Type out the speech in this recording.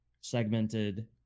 segmented